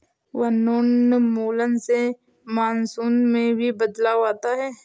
वनोन्मूलन से मानसून में भी बदलाव आता है